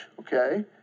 okay